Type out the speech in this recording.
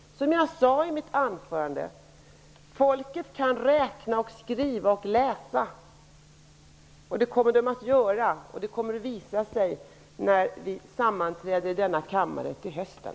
Som jag sade i mitt anförande: Folket kan räkna, skriva och läsa. Det kommer man att göra. Det kommer att visa sig när vi sammanträder i denna kammare till hösten.